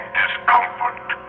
discomfort